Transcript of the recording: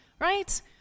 right